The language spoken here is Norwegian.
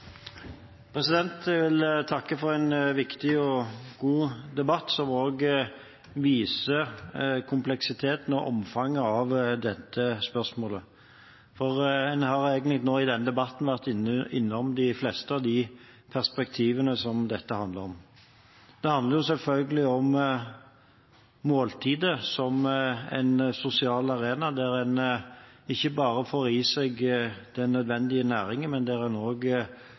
god debatt som også viser kompleksiteten og omfanget av dette spørsmålet. En har i denne debatten vært innom de fleste av de perspektivene som dette handler om. Det handler selvfølgelig om måltider som en sosial arena, der en ikke bare får i seg den nødvendige næringen, men der en også får opplevelsen, trivselen og